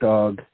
Dog